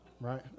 right